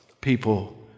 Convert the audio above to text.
people